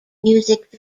music